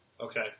Okay